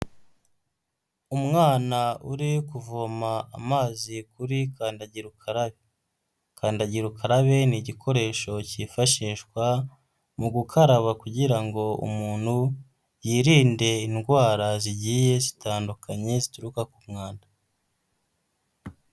Umwana uri kuvoma amazi, kuri kandagira ukarabe. Kandagira ukarabe, ni igikoresho cyifashishwa mu gukaraba kugira ngo umuntu yirinde indwara zigiye zitandukanye, zituruka ku mwanda.